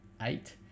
eight